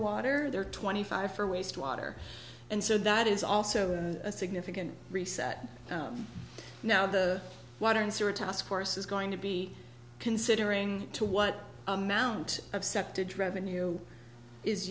water they're twenty five for wastewater and so that is also a significant reset now the water and sewer task force is going to be considering to what amount of